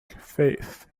faith